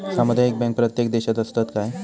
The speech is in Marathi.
सामुदायिक बँक प्रत्येक देशात असतत काय?